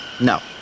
no